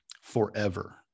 forever